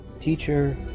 Teacher